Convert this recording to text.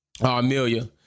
Amelia